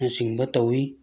ꯅꯆꯤꯡꯕ ꯇꯧꯏ